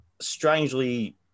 strangely